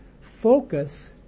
focus